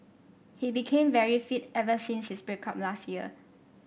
he became very fit ever since his break up last year